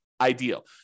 ideal